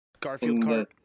Garfield